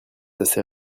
assez